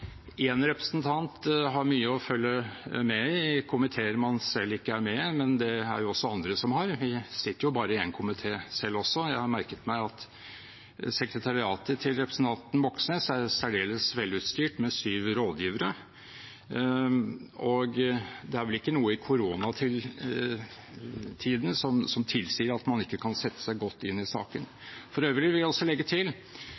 representant har mye å følge med på i komiteer man selv ikke er med i, men det er det også andre som har. Vi sitter bare i én komité selv også. Jeg har merket meg at sekretariatet til representanten Moxnes er særdeles velutstyrt med syv rådgivere, og det er vel ikke noe i koronatidene som tilsier at man ikke kan sette seg godt inn i saken. For øvrig vil jeg også legge til